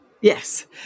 Yes